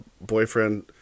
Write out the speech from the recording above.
boyfriend